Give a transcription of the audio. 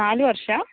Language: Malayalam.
നാല് വർഷമാ